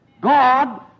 God